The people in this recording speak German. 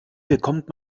bekommt